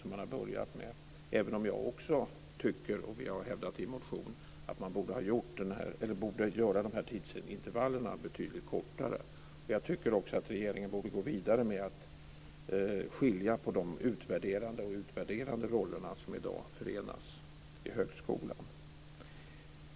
Men jag tycker, vilket jag också har hävdat i en motion, att man borde göra tidsintervallerna betydligt kortare. Jag anser också att regeringen borde gå vidare med att skilja mellan de olika roller som i dag förenas i högskolan.